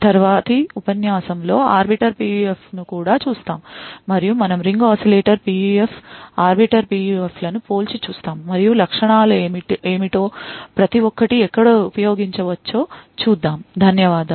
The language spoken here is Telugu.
తరువాతి ఉపన్యాసంలో ఆర్బిటర్ PUF ను కూడా చూస్తాము మరియు మనము ring oscillator PUF arbiter PUF లను పోల్చి చూస్తాము మరియు లక్షణాలు ఏమిటో ప్రతి ఒక్కటి ఎక్కడ ఉపయోగించవచ్చో చూద్దాం ధన్యవాదాలు